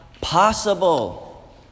possible